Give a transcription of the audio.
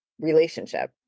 relationship